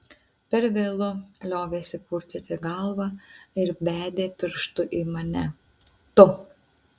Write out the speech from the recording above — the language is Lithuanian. per vėlu liovėsi purtyti galvą ir bedė pirštu į mane tu